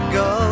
go